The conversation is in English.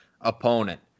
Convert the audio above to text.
opponent